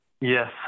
Yes